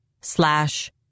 slash